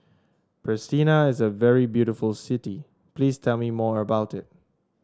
Pristina is a very beautiful city please tell me more about it